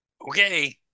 okay